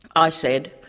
i said,